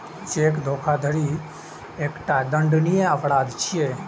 cheque धोखाधड़ी एकटा दंडनीय अपराध छियै